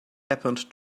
happened